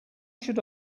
should